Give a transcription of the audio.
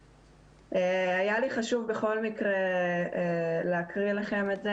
היה לי חשוב בכל מקרה להקריא לכם את זה.